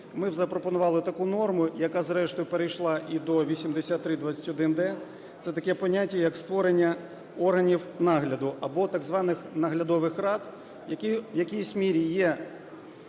ми запропонували таку норму, яка зрештою перейшла і до 8321-д. Це таке поняття, як створення органів нагляду або так званих наглядових рад, які в якійсь мірі є